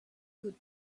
could